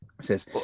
says